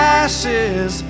ashes